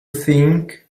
think